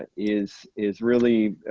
and is is really